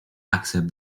accept